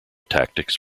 tactics